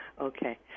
Okay